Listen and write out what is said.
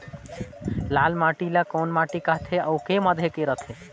लाल माटी ला कौन माटी सकथे अउ के माधेक राथे?